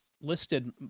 listed